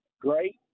great